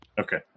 Okay